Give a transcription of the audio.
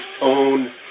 own